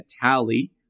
tally